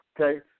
Okay